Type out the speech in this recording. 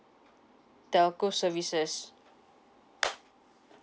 telco services